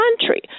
country